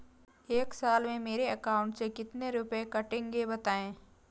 एक साल में मेरे अकाउंट से कितने रुपये कटेंगे बताएँ?